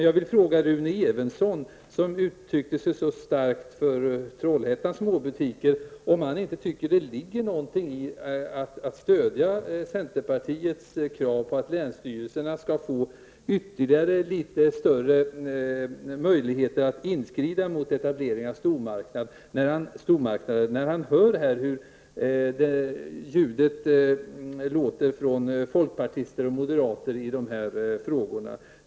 Jag vill fråga Rune Evensson, som uttryckte sig så starkt för Trollhättans småbutiker, om han inte tycker att det ligger någonting i att stödja centerpartiets krav på att länsstyrelserna skall få ytterligare litet större möjligheter att inskrida mot etableringar av stormarknader, när han hör hur det låter från folkpartister och moderater i de här frågorna.